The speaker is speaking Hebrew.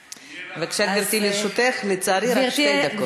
בבקשה, גברתי, לרשותך, לצערי, רק שתי דקות.